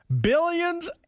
Billions